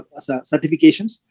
certifications